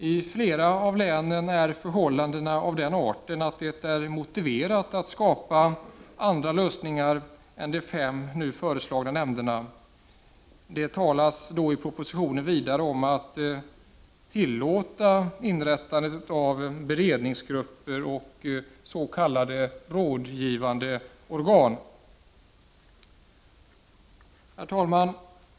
I flera av länen är förhållandena av den arten att det är motiverat att skapa andra lösningar än de fem föreslagna nämnderna. Det talas i propositionen vidare om att man skall tillåta inrättandet av beredningsgrupper och s.k. rådgivande organ. Herr talman!